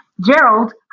Gerald